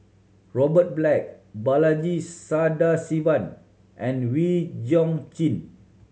Robert Black Balaji Sadasivan and Wee Chong Jin